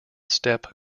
steppe